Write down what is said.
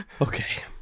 Okay